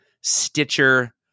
Stitcher